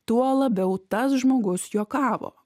tuo labiau tas žmogus juokavo